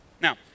Now